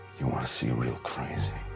you want to see real crazy?